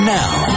now